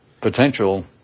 potential